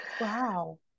wow